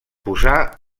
posà